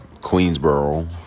Queensboro